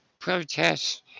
protests